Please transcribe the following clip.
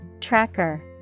Tracker